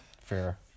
Fair